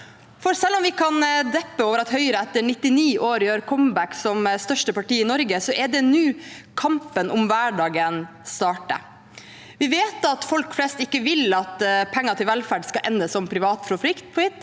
For selv om vi kan deppe over at Høyre etter 99 år gjør comeback som største parti i Norge, er det nå kampen om hverdagen starter. Vi vet at folk flest ikke vil at pengene til velferd skal ende som privat profitt.